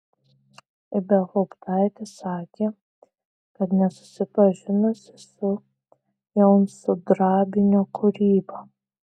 ibelhauptaitė sakė kad nesusipažinusi su jaunsudrabinio kūryba